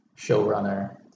showrunner